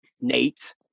Nate